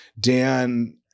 Dan